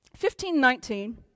1519